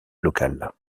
local